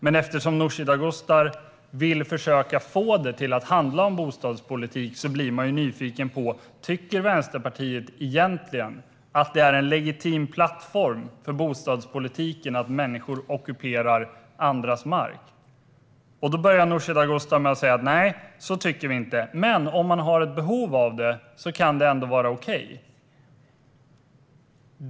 Men eftersom Nooshi Dadgostar vill få detta att handla om bostadspolitik blir man nyfiken: Tycker Vänsterpartiet egentligen att det är en legitim plattform för bostadspolitiken att människor ockuperar andras mark? Då börjar Nooshi Dadgostar med att svara: Nej, det tycker vi inte, men om man har ett behov av det kan det ändå vara okej.